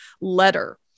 letter